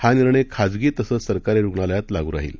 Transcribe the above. हा निर्णय खाजगी तसंच सरकारी रुग्णालयात लागू राहिल